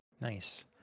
Nice